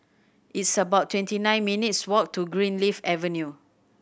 it's about twenty nine minutes' walk to Greenleaf Avenue